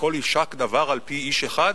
הכול, יישק דבר על פי איש אחד?